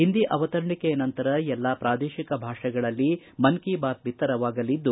ಹಿಂದಿ ಅವತರಣಿಕೆ ನಂತರ ಎಲ್ಲ ಪ್ರಾದೇಶಿಕ ಭಾಷೆಗಳಲ್ಲಿ ಮನ್ ಕಿ ಬಾತ್ ಬಿತ್ತರವಾಗಲಿದ್ದು